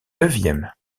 neuvième